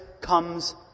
comes